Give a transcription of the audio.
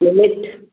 ॿ मिंट